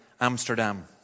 Amsterdam